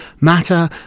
matter